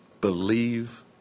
believe